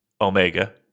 Omega